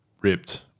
Ripped